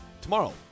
Tomorrow